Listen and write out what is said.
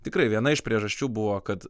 tikrai viena iš priežasčių buvo kad